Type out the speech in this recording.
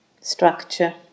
structure